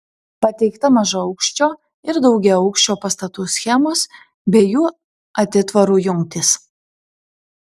pateikta mažaaukščio ir daugiaaukščio pastatų schemos bei jų atitvarų jungtys